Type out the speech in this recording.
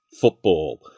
football